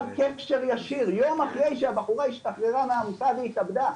שיום אחרי שהבחורה השתחררה מהמוסד היא התאבדה,